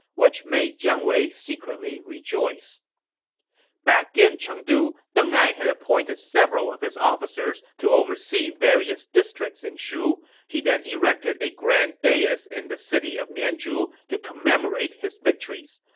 which made jiang wei secretly rejoice back in chengdu, deng ai had appointed several of his officers to oversee various districts in shu. he then erected a grand dais in the city of mianzhu to commemorate his victories.